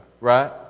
Right